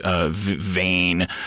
vain